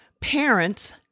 Parents